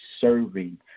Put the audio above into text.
serving